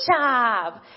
job